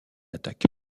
attaque